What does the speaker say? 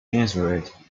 answered